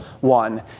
one